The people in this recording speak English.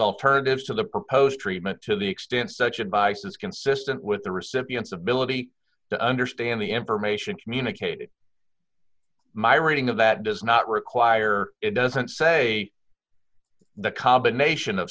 alternatives to the proposed treatment to the extent such advice is consistent with the recipient's ability to understand the information communicated my reading of that does not require it doesn't say the combination of